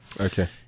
Okay